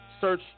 search